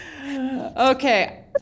Okay